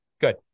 good